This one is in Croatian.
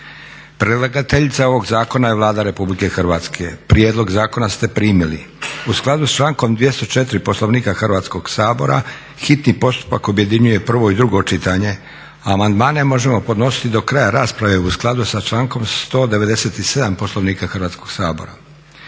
Predlagateljica ovog Zakona je Vlada Republike Hrvatske. Prijedlog zakona ste primili. U skladu sa člankom 204. Poslovnika Hrvatskoga sabora, hitni postupak objedinjuje prvo i drugo čitanje. A amandmane možemo podnositi do kraja rasprave u skladu sa člankom 197. Poslovnika Hrvatskoga sabora.